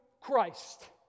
Christ